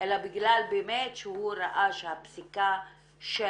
אלא בגלל באמת שהוא ראה שהפסיקה של